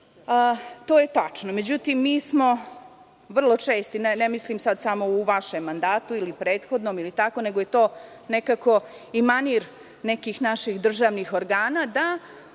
To je tačno.Međutim, mi smo vrlo česti, ne mislim samo u vašem mandatu ili prethodnom, nego je to nekako i manir nekih naših državnih organa,